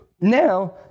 now